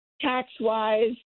Tax-wise